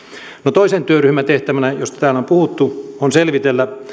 toisen työryhmän tehtävänä josta täällä on puhuttu on selvitellä